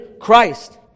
Christ